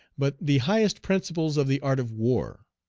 but the highest principles of the art of war,